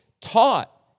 taught